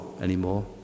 anymore